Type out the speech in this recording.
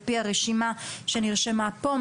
על-פי הרשימה שנרשמה פה.